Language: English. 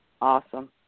Awesome